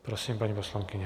Prosím, paní poslankyně.